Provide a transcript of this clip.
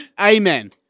Amen